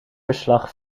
verslag